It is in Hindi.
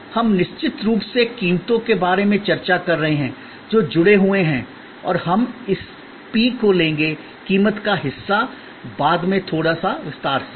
फिर हम निश्चित रूप से कीमतों के बारे में चर्चा कर रहे हैं जो जुड़े हुए हैं और हम इस पी को लेंगे कीमत का हिस्सा बाद में थोड़ा विस्तार से